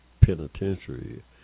penitentiary